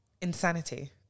Insanity